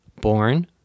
born